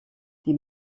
die